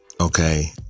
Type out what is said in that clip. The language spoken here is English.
okay